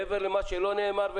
מעבר למה שנאמר?